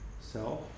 self